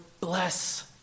bless